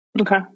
Okay